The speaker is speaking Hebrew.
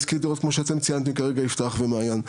מנת להשכיר דירות כמו שאתם ציינתם כרגע יפתח ומאיה,